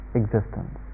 existence